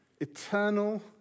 eternal